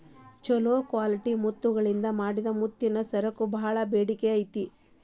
ಚೊಲೋ ಕ್ವಾಲಿಟಿ ಮುತ್ತಗಳಿಂದ ಮಾಡಿದ ಮುತ್ತಿನ ಸರಕ್ಕ ಬಾಳ ಬೇಡಿಕೆ ಐತಿ